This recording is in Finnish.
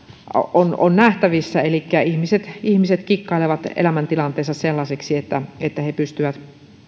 on on nähtävissä elikkä ihmiset ihmiset kikkailevat elämäntilanteensa sellaiseksi että että he pystyvät